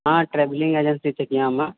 हँ ट्रेवलिंग एजेंसीसँ छी हमे